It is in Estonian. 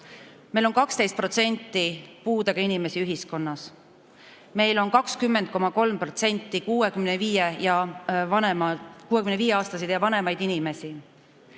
Meil on 12% puudega inimesi ühiskonnas. Meil on 20,3% 65‑aastaseid ja vanemaid inimesi.